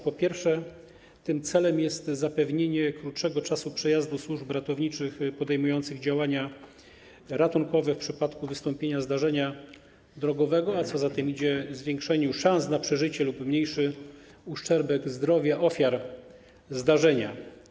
Po pierwsze, tym celem jest zapewnienie krótszego czasu przejazdu służb ratowniczych podejmujących działania ratunkowe w przypadku wystąpienia zdarzenia drogowego, a co za tym idzie - zwiększenie szans na przeżycie lub mniejszy uszczerbek na zdrowiu ofiar zdarzenia.